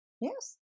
Yes